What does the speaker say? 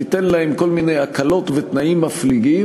תיתן להם כל מיני הקלות ותנאים מפליגים,